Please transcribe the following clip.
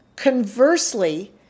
Conversely